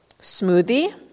smoothie